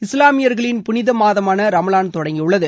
இஸ்லாமியர்களின் புனித மாதமான ரமலான் தொடங்கியுள்ளது